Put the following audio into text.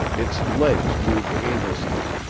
its legs moved aimlessly.